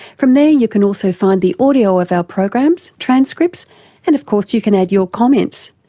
from there you can also find the audio of our programs, transcripts and of course you can add your comments.